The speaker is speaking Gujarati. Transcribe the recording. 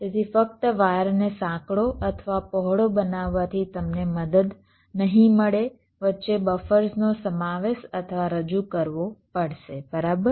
તેથી ફક્ત વાયરને સાંકડો અથવા પહોળો બનાવવાથી તમને મદદ નહીં મળે વચ્ચે બફર્સનો સમાવેશ અથવા રજૂ કરવો પડશે બરાબર